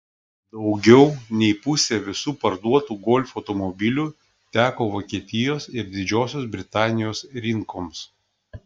daugiau nei pusė visų parduotų golf automobilių teko vokietijos ir didžiosios britanijos rinkoms